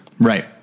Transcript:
Right